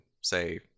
say